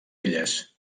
elles